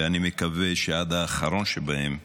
ואני מקווה שעד האחרון שבהם,